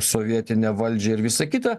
sovietinę valdžią ir visa kita